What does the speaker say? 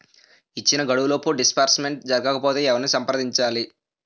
ఇచ్చిన గడువులోపు డిస్బర్స్మెంట్ జరగకపోతే ఎవరిని సంప్రదించాలి?